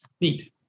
neat